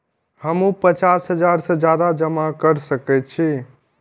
हमू पचास हजार से ज्यादा जमा कर सके छी?